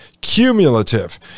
cumulative